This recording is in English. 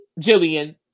Jillian